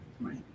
Right